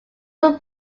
would